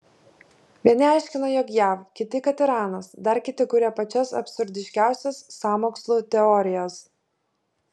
vieni aiškina jog jav kiti kad iranas dar kiti kuria pačias absurdiškiausias sąmokslų teorijas